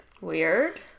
Weird